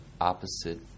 opposite